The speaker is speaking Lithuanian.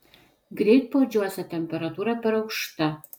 greitpuodžiuose temperatūra per aukšta